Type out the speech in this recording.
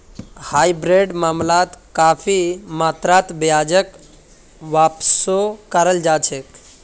हाइब्रिडेर मामलात काफी मात्रात ब्याजक वापसो कराल जा छेक